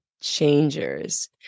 changers